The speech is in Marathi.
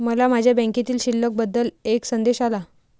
मला माझ्या बँकेतील शिल्लक बद्दल एक संदेश आला